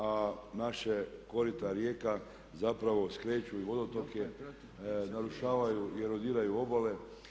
A naše korita rijeka zapravo skreću i vodotoke, narušavaju i erodiraju obale.